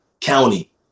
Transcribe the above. county